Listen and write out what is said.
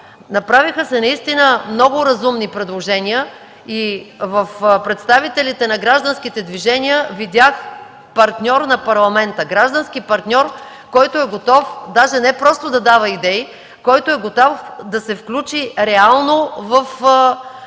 Направиха се наистина много разумни предложения и в представителите на гражданските движения видях партньор на Парламента – граждански партньор, който е готов не просто да дави идеи, готов е да се включи реално в законодателния